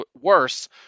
worse